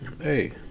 hey